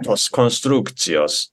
tos konstrukcijos